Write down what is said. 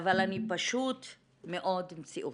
אבל אני פשוט מאוד מציאותית.